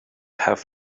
have